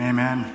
Amen